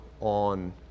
on